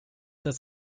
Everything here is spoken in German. das